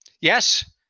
Yes